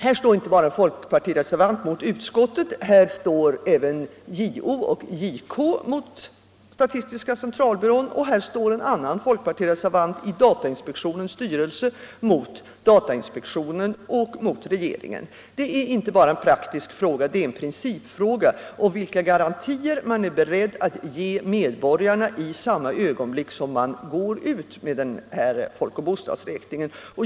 Här står inte bara en folkpartireservant mot utskottet, här står JO och JK mot statistiska centralbyrån och här står en annan folkpartireservant i datainspektionens styrelse mot datainspektionen och regeringen. Det är inte bara en praktisk fråga utan en principfråga om vilka garantier man är beredd att ge medborgarna i samma ögonblick som man går ut med den här folkoch bostadsräkningen.